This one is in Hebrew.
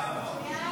נתקבלה.